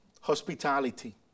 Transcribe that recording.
hospitality